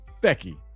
Becky